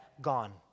gone